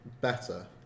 better